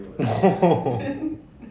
no